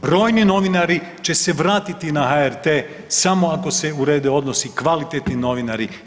Brojni novinari će se vratiti na HRT-e samo ako se urede odnosi, kvalitetni novinari.